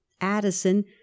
Addison